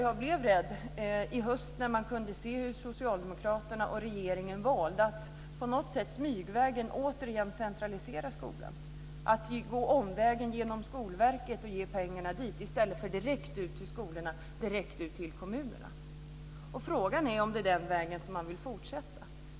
Jag blev rädd i höstas när socialdemokraterna och regeringen valde att på något sätt smygvägen återigen centralisera skolan, att gå omvägen genom Skolverket och ge pengarna dit i stället för direkt ut till skolorna och kommunerna. Frågan är om det är den vägen som man vill fortsätta.